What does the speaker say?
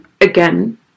again